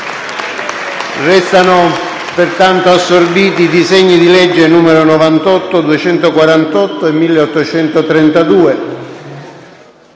Restano pertanto assorbiti i disegni di legge nn. 98, 248 e 1832.